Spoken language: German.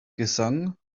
gesang